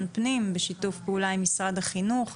פנים בשיתוף פעולה עם משרד החינוך.